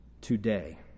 today